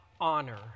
honor